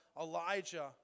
Elijah